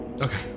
Okay